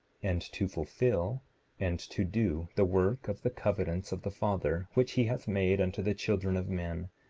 and to fulfill and to do the work of the covenants of the father, which he hath made unto the children of men,